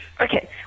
Okay